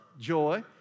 joy